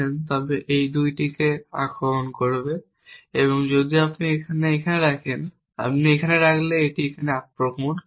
তবে এটি এই 2টিকে আক্রমণ করবে যদি আপনি এটি এখানে রাখেন আপনি এখানে রাখলে এটি এটিকে আক্রমণ করবে